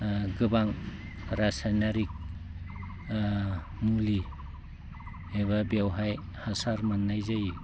गोबां रासायनारिक मुलि एबा बेवहाय हासार मोननाय जायो